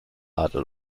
adel